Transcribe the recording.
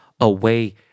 away